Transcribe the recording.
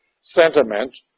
Sentiment